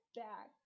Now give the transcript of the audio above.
back